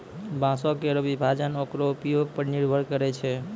बांसों केरो विभाजन ओकरो उपयोग पर निर्भर करै छै